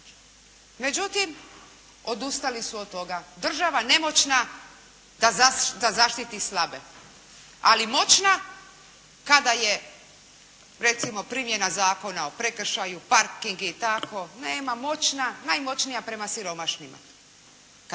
Međutim, odustali su od toga. Država nemoćna da zaštiti slabe, ali moćna kada je recimo primjena Zakona o prekršaju, parking i tako. Nema, moćna, najmoćnija prema siromašnima kada